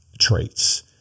traits